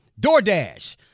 DoorDash